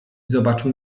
zobaczył